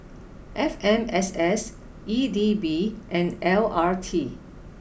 F M S S E D B and L R T